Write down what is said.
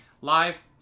live